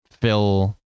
fill